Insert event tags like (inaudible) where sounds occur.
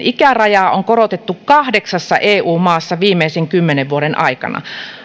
(unintelligible) ikärajaa on korotettu kahdeksassa eu maassa viimeisten kymmenen vuoden aikana